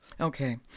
Okay